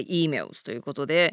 emailsということで、